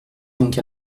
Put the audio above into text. donc